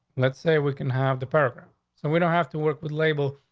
let's say we can have the perfect so we don't have to work with labels.